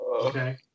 Okay